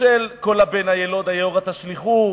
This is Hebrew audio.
של "כל הבן הילוד היאורה תשליכוהו",